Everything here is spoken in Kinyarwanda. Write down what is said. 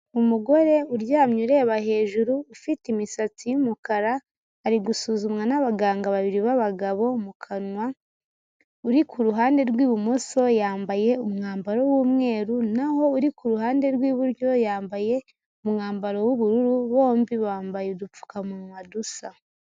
Umugore uryamye ureba hejuru, ufite imisatsi y'umukara, ari gusuzumwa n'abaganga babiri b'abagabo mu kanwa, uri ku ruhande rw'ibumoso yambaye umwambaro w'umweru n'aho uri ku ruhande rw'iburyo yambaye umwambaro w'ubururu, bombi bambaye udupfukamunwa dusa.